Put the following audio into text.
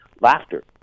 laughter